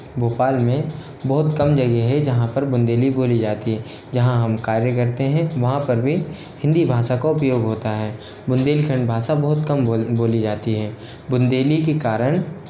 भोपाल में बहुत कम जगह है जहाँ पर बुंदेली बोली जाती है जहाँ हम कार्य करते हैं वहाँ पर भी हिंदी भाषा का उपयोग होता है बुंदेलखंड भाषा बहुत कम बोली जाती है बुंदेली के कारण